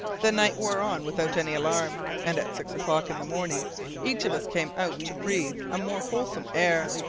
the night wore on without any alarm, and at six o'clock in the morning each of us came out to breathe a more wholesome air.